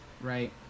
right